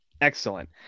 Excellent